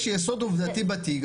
יש יסוד עובדתי בתיק,